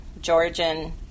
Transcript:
Georgian